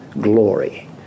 glory